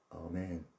Amen